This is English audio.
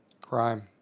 Crime